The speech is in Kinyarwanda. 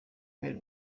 kubera